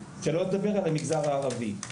שלא לדבר על המגזר הערבי.